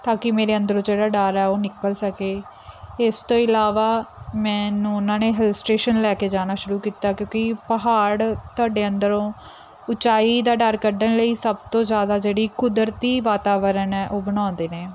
ਤਾਂ ਕਿ ਮੇਰੇ ਅੰਦਰੋਂ ਜਿਹੜਾ ਡਰ ਹੈ ਉਹ ਨਿਕਲ ਸਕੇ ਇਸ ਤੋਂ ਇਲਾਵਾ ਮੈਨੂੰ ਉਹਨਾਂ ਨੇ ਹਿਲ ਸਟੇਸ਼ਨ ਲੈ ਕੇ ਜਾਣਾ ਸ਼ੁਰੂ ਕੀਤਾ ਕਿਉਂਕਿ ਪਹਾੜ ਤੁਹਾਡੇ ਅੰਦਰੋਂ ਉੱਚਾਈ ਦਾ ਡਰ ਕੱਢਣ ਲਈ ਸਭ ਤੋਂ ਜ਼ਿਆਦਾ ਜਿਹੜੀ ਕੁਦਰਤੀ ਵਾਤਾਵਰਣ ਹੈ ਉਹ ਬਣਾਉਂਦੇ ਨੇ